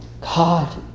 God